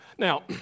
Now